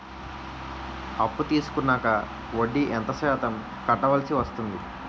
అప్పు తీసుకున్నాక వడ్డీ ఎంత శాతం కట్టవల్సి వస్తుంది?